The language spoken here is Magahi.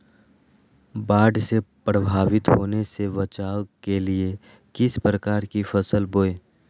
बाढ़ से प्रभावित होने से बचाव के लिए किस प्रकार की फसल बोए?